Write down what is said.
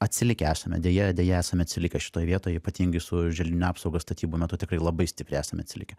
atsilikę esame deja deja esame atsilikę šitoj vietoj ypatingai su želdinių apsauga statybų metu tikrai labai stipriai esame atsilikę